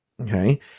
okay